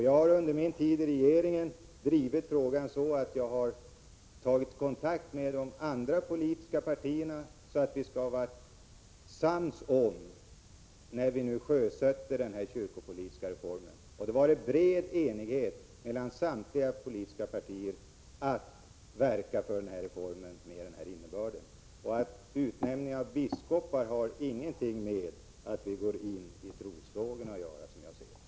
Jag har under min tid i regeringen drivit frågan så, att jag har tagit kontakt med de andra politiska partierna, så att vi skall vara sams när vi nu sjösätter denna kyrkopolitiska reform. Det har varit bred enighet mellan samtliga politiska partier om att verka för denna reform med den här innebörden. Utnämningen av biskopar innebär inte, som jag ser det, att vi på något sätt tar ställning i trosfrågorna.